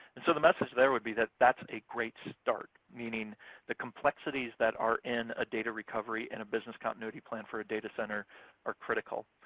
and so the message there would be that that's a great start, meaning the complexities that are in a data recovery and a business continuity plan for a data center are critical.